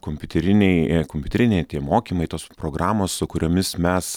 kompiuteriniai kompiuteriniai tie mokymai tos programos su kuriomis mes